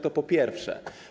To po pierwsze.